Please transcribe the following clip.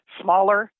smaller